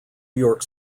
york